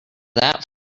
that